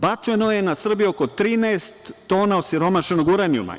Bačeno je na Srbiju oko 13 tona osiromašenog uranijuma.